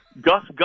gus